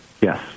Yes